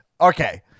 Okay